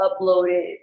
uploaded